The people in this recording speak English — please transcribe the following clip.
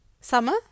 Summer